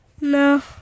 No